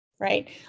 right